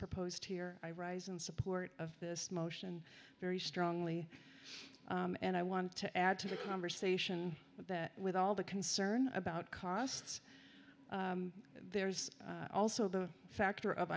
proposed here i rise in support of this motion very strongly and i want to add to the conversation that with all the concern about costs there's also the factor of